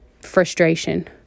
frustration